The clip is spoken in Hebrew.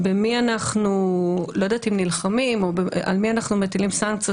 במי אנחנו נלחמים או על מי אנחנו מטילים סנקציות?